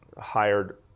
hired